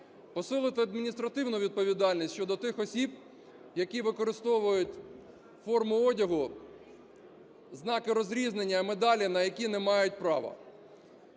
посилити адміністративну відповідальність щодо тих осіб, які використовують форму одягу, знаки розрізнення, медалі, на які не мають права;